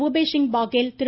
Bhupesh Singh Baghel Thiru